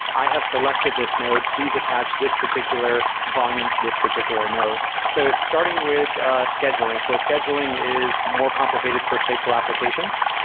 i have selected this node. please attach this particular volume to this particular node. so, starting with scheduling. so scheduling is more complicated for stateful applications.